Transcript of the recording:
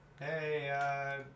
Hey